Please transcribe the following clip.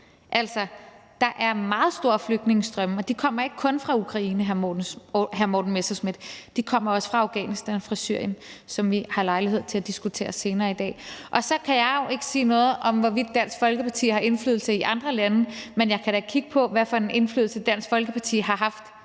der er meget store flygtningestrømme, og de kommer ikke kun fra Ukraine, hr. Morten Messerschmidt, men de kommer også fra Afghanistan og fra Syrien, som vi har lejlighed til at diskutere senere i dag. Så kan jeg jo ikke sige noget om, hvorvidt Dansk Folkeparti har indflydelse i andre lande, men jeg kan da kigge på, hvad for en indflydelse Dansk Folkeparti har haft